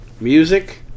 music